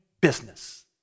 business